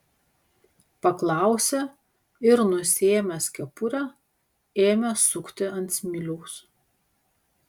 paklausė ir nusiėmęs kepurę ėmė sukti ant smiliaus